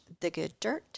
thegooddirt